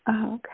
Okay